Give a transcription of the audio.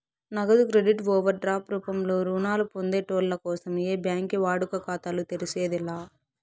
నగదు credit overdraft రూపంలో రుణాలు పొందేటోళ్ళ కోసం ఏ బ్యాంకి వాడుక ఖాతాలు తెర్సేది లా